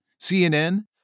CNN